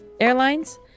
airlines